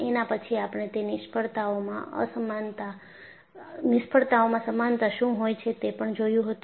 એના પછી આપણે તે નિષ્ફળતાઓમાં સમાનતા શું હોય છે તે પણ જોયું હતું